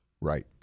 Right